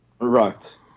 Right